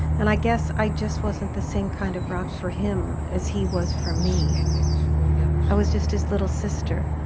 and i guess i just wasn't the same kind of rock for him as he was for me. yeah i was just his little sister.